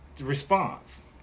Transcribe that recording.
response